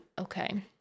okay